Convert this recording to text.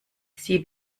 sie